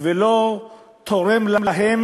לא תורם להם